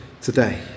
today